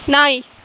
நாய்